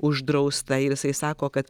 uždrausta ir jisai sako kad